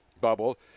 bubble